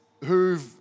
who've